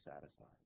satisfied